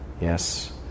Yes